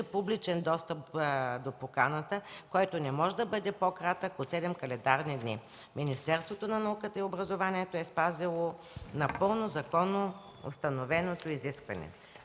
публичен достъп до поканата, който не може да бъде по-кратък от седем календарни дни. Министерството на науката и образованието е спазило напълно законоустановеното изискване.